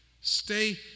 Stay